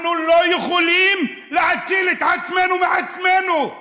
אנחנו לא יכולים להציל את עצמנו מעצמנו.